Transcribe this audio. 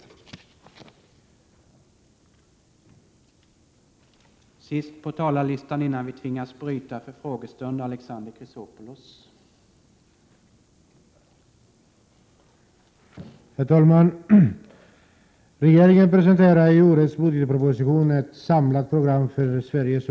7”